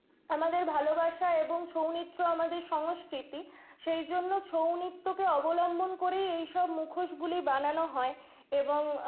আমাদের ভালোবাসা এবং ছৌ নৃত্য আমাদের সংস্কৃতি সেই জন্য ছৌ নিত্যকে অবলম্বন করেই এইসব মুখোশগুলি বানানো হয় এবং